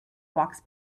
walks